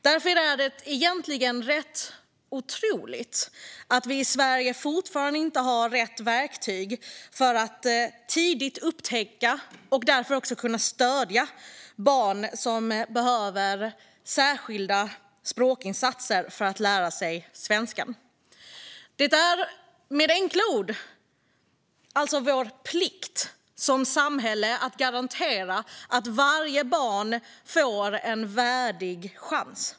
Därför är det egentligen rätt otroligt att vi i Sverige fortfarande inte har rätt verktyg för att tidigt upptäcka och därmed också kunna stödja barn som behöver särskilda språkinsatser för att lära sig svenska. Det är, med enkla ord, alltså vår plikt som samhälle att garantera att varje barn får en värdig chans.